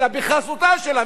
אלא בחסותה של הממשלה.